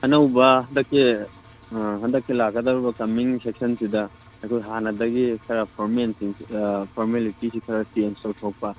ꯑꯅꯧꯕ ꯍꯟꯗꯛꯀꯤ ꯍꯟꯗꯛꯀꯤ ꯂꯥꯛꯀꯗꯧꯔꯤꯕ ꯀꯃꯤꯡ ꯁꯦꯛꯁꯟꯁꯤꯗ ꯑꯩꯈꯣꯏ ꯍꯥꯟꯅꯗꯒꯤ ꯈꯔ ꯐꯣꯔꯃꯦꯜ ꯐꯣꯔꯃꯦꯂꯤꯇꯤꯁꯤ ꯈꯔꯥ ꯆꯦꯟꯁ ꯇꯧꯊꯣꯛꯄ